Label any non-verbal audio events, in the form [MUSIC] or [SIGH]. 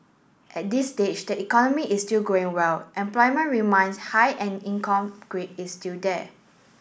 at this stage the economy is still growing well employment reminds high and income [UNINTELLIGIBLE] is still there